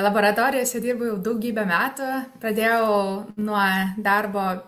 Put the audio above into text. laboratorijose dirbu jau daugybę metų pradėjau nuo darbo